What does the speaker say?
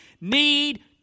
need